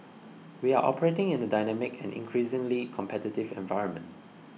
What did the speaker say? we are operating in a dynamic and increasingly competitive environment